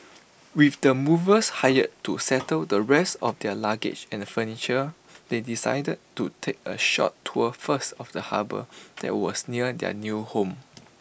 with the movers hired to settle the rest of their luggage and furniture they decided to take A short tour first of the harbour that was near their new home